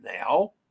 now